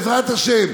בעזרת השם,